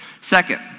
Second